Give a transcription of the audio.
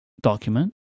document